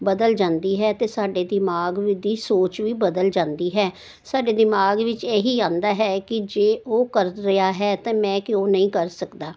ਬਦਲ ਜਾਂਦੀ ਹੈ ਅਤੇ ਸਾਡੇ ਦਿਮਾਗ ਦੀ ਸੋਚ ਵੀ ਬਦਲ ਜਾਂਦੀ ਹੈ ਸਾਡੇ ਦਿਮਾਗ ਵਿੱਚ ਇਹ ਹੀ ਆਉਂਦਾ ਹੈ ਕਿ ਜੇ ਉਹ ਕਰ ਰਿਹਾ ਹੈ ਤਾਂ ਮੈਂ ਕਿਉਂ ਨਹੀਂ ਕਰ ਸਕਦਾ